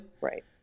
Right